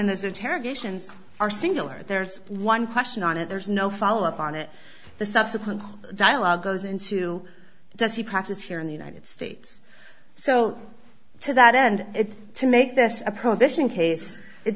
in this interrogations are singular there's one question on it there's no follow up on it the subsequent dialogue goes into does he practice here in the united states so to that end it's to make this a prohibition